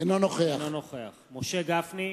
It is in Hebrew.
אינו נוכח משה גפני,